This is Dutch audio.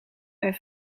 ben